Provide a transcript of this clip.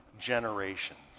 generations